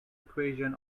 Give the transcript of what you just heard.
equation